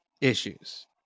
issues